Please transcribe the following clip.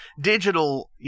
digital